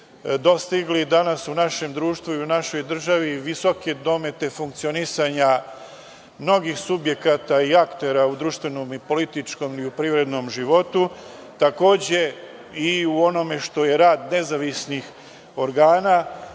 dostigli danas u našem društvu i u našoj državi visoke domete funkcionisanja mnogih subjekata i aktera u društvenom, političkom i u privrednom životu, a takođe i u onome što je rad nezavisnih organa.